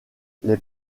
les